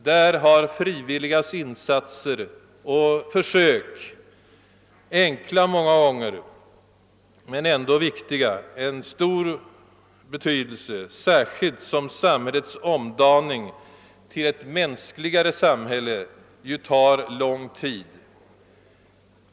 Där har frivilliga insatser och försök, enkla många gånger men ändå ambitiösa, en stor betydelse, särskilt som samhällets omdaning till ett mänskligare samhälle ju tar lång tid.